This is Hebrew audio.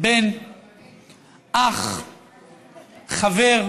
בן, אח, חבר,